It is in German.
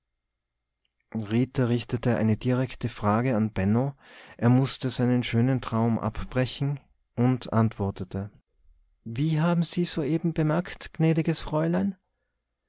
richtete eine direkte frage an benno er mußte seinen schönen traum abbrechen und antwortete wie haben se soeben bemerkt gnädiges fräulein